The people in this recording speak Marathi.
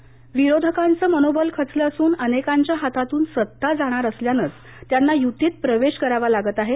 आठवले विरोधकांचं मनोबल खचलं असून अनेकांच्या हातातून सत्ता जाणार असल्यानेच त्यांना यूतीत प्रवेश करावा लागत आहे